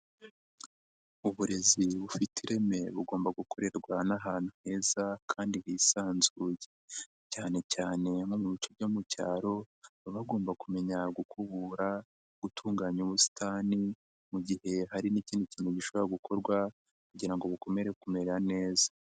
Uburezi bufite ireme bugomba gukorerwa nk'ahantu heza kandi hisanzuye, cyane cyane nko mu bice byo mu cyaro baba bagomba kumenya gukubura, gutunganya ubusitani mu gihe hari n'ikindi kintu gishobora gukorwa kugira ngo bukomeze kumera neza.